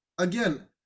Again